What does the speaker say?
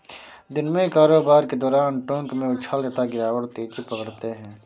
दिन में कारोबार के दौरान टोंक में उछाल तथा गिरावट तेजी पकड़ते हैं